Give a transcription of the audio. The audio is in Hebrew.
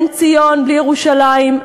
אין ציון בלי ירושלים,